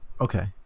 Okay